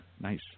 Nice